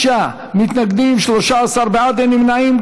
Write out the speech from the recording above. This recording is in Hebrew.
55 מתנגדים, 13 בעד, אין נמנעים.